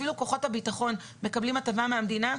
אפילו כוחות הביטחון מקבלים הטבה מהמדינה,